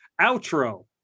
outro